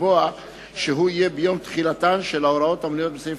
ולקבוע שהוא יהיה ביום תחילתן של ההוראות המנויות בסעיף